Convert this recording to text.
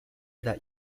that